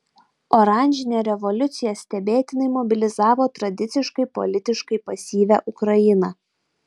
oranžinė revoliucija stebėtinai mobilizavo tradiciškai politiškai pasyvią ukrainą